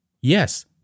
Yes